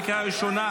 בקריאה הראשונה,